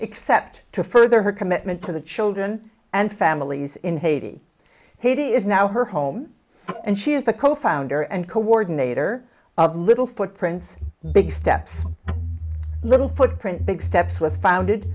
except to further her commitment to the children and families in haiti haiti is now her home and she is the co founder and coordinator of little footprints big steps little footprint big steps was founded